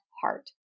heart